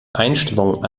einstellungen